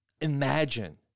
imagine